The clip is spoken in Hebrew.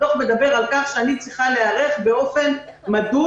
הדוח מדבר על כך שאני צריכה להיערך באופן מדוד.